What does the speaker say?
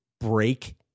break